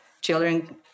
children